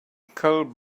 cold